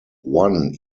one